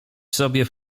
sobie